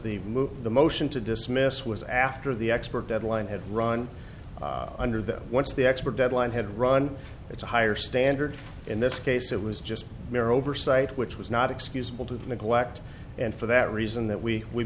move the motion to dismiss was after the expert deadline had run under that once the expert deadline had run its a higher standard in this case it was just mere oversight which was not excusable to neglect and for that reason that we we